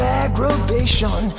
aggravation